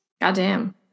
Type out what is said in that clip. Goddamn